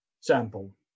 sample